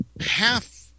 half